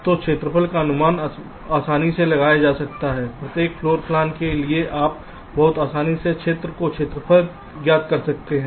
तो क्षेत्रफल का अनुमान आसानी से लगाया जा सकता है प्रत्येक फ्लोर प्लान के लिए आप बहुत आसानी से क्षेत्र को क्षेत्रफल सकते हैं